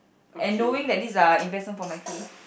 and knowing that these are investment for my face